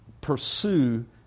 pursue